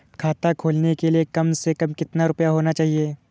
खाता खोलने के लिए कम से कम कितना रूपए होने चाहिए?